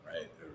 right